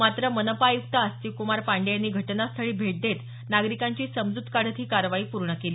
मात्र मनपा आयुक्त आस्तिकक्मार पांडेय यांनी घटनास्थळी भेट देत नागरिकांची समजूत काढत ही कारवाई पूर्ण केली